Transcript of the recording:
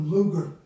Luger